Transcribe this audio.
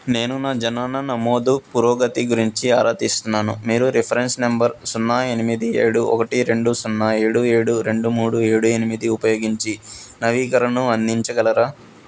నేను నా జనన నమోదు పురోగతి గురించి ఆరా తీస్తున్నాను మీరు రిఫరెన్స్ నెంబర్ సున్నా ఎనిమిది ఏడు ఒకటి రెండు సున్నా ఏడు ఏడు రెండు మూడు ఏడు ఎనిమిది ఉపయోగించి నవీకరణను అందించగలరా